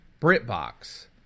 BritBox